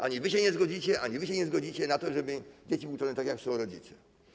Ani wy się nie zgodzicie, ani wy się nie zgodzicie na to, żeby dzieci były uczone tak, jak chcą rodzice.